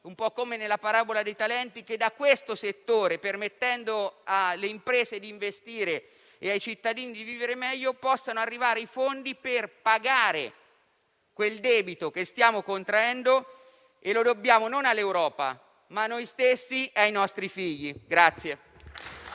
un po' come nella parabola dei talenti, che da questo settore, permettendo alle imprese di investire e ai cittadini di vivere meglio, possano provenire le risorse per pagare il debito che stiamo contraendo. Lo dobbiamo non all'Europa, ma a noi stessi e ai nostri figli.